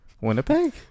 Winnipeg